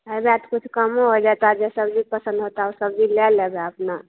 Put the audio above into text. अयबऽ तऽ किछु कमो हो जेतऽ जे सब्जी पसन्द होतऽ ओ सब्जी लए लेबऽ अपना